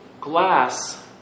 glass